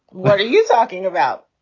what are you talking about?